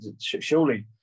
Surely